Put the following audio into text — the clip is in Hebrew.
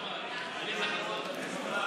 חברות וחברי הכנסת,